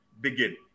begin